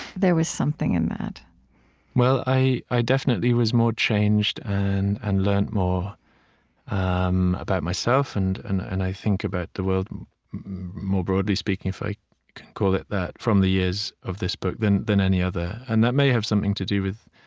there was something in that well, i i definitely was more changed and and learned more um about myself and, and and i think, about the world more broadly speaking, if i can call it that, from the years of this book than than any other. and that may have something to do with